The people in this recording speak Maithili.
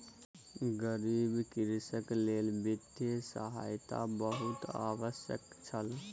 गरीब कृषकक लेल वित्तीय सहायता बहुत आवश्यक छल